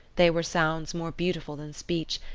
they were sounds more beautiful than speech,